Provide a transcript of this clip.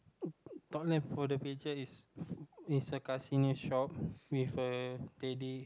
top left of the picture is is a casino shop with a lady